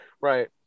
Right